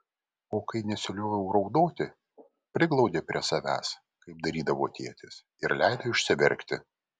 o kai nesilioviau raudoti priglaudė prie savęs kaip darydavo tėtis ir leido išsiverkti